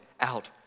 out